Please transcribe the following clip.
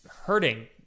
hurting